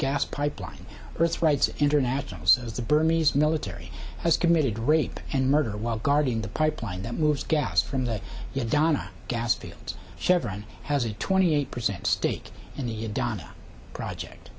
gas pipeline earth rights international says the bernese military has committed rape and murder while guarding the pipeline that moves gas from that you donna gas fields chevron has a twenty eight percent stake in the donna project